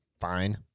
fine